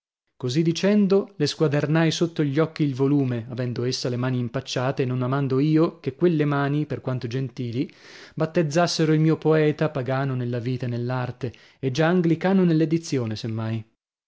così dicendo le squadernai sotto gli occhi il volume avendo essa le mani impacciate e non amando io che quelle mani per quanto gentili battezzassero il mio poeta pagano nella vita e nell'arte e già anglicano